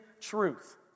truth